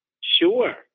Sure